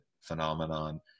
phenomenon